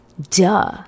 Duh